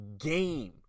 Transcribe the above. game